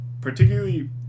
Particularly